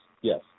yes